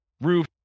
roof